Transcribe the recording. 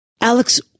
Alex